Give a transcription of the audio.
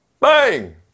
bang